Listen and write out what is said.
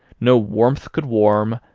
no warmth could warm,